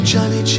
Johnny